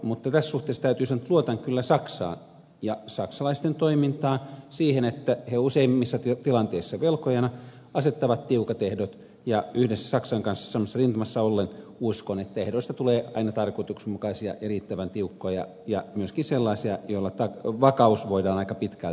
mutta tässä suhteessa täytyy sanoa että luotan kyllä saksaan ja saksalaisten toimintaan siihen että he useimmissa tilanteissa velkojana asettavat tiukat ehdot ja yhdessä saksan kanssa samassa rintamassa ollen uskon että ehdoista tulee aina tarkoituksenmukaisia ja riittävän tiukkoja ja myöskin sellaisia joilla vakaus voidaan aika pitkälti turvata